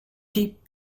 peep